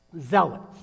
zealots